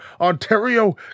Ontario